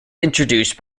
introduced